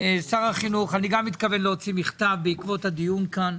גם מתכוון להוציא מכתב בעקבות הדיון כאן.